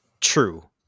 true